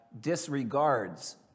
disregards